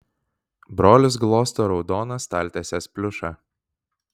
brolis glosto raudoną staltiesės pliušą